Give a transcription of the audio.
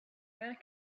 then